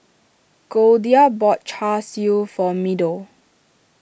Goldia bought Char Siu for Meadow